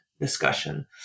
discussion